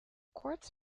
quartz